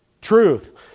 Truth